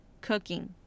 cooking